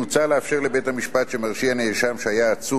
מוצע לאפשר לבית-המשפט שמרשיע נאשם שהיה עצור